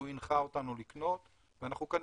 שהוא הנחה אותנו לקנות, ואנחנו קנינו,